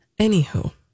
Anywho